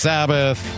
Sabbath